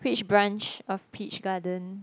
which branch of Peach Garden